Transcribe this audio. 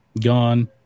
gone